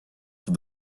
for